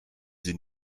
sie